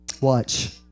Watch